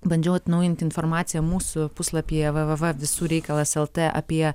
bandžiau atnaujinti informaciją mūsų puslapyje v v v visų reikalas lt apie